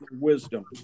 wisdom